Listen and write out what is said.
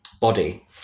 body